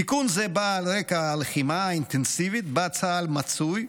תיקון זה בא על רקע הלחימה האינטנסיבית שבה צה"ל מצוי,